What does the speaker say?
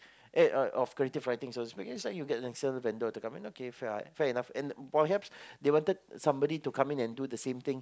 eh of of creative writing so to speak and that's why you get an external vendor to come in okay fair fair enough and perhaps they wanted somebody to come in and do the same thing